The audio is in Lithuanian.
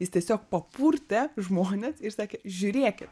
jis tiesiog papurtė žmones ir sakė žiūrėkit